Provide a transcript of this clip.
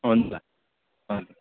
हुन्छ हुन्छ